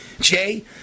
Jay